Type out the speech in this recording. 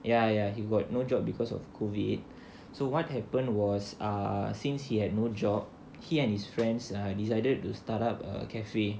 ya ya he got no job because of COVID so what happen was err since he had no job he and his friends err decided to start up a cafe